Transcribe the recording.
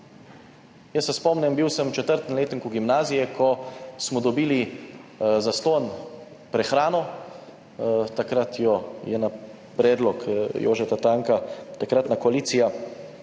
Jaz se spomnim, bil sem v 4. letniku gimnazije, ko smo dobili zastonj prehrano, takrat jo je na predlog Jožeta Tanka takratna koalicija